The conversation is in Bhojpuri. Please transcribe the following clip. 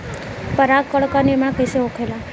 पराग कण क निर्माण कइसे होखेला?